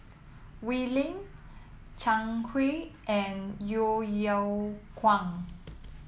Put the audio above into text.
Wee Lin Zhang Hui and Yeo Yeow Kwang